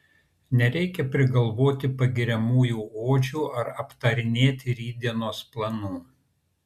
nereikia prigalvoti pagiriamųjų odžių ar aptarinėti rytdienos planų